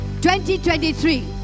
2023